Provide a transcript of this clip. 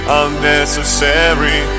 unnecessary